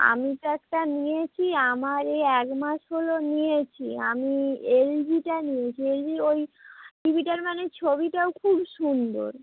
আমি তো একটা নিয়েছি আমার এই এক মাস হলো নিয়েছি আমি এল জিটা নিয়েছি এল জি ওই টি ভিটার মানে ছবিটাও খুব সুন্দর